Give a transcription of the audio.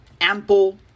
ample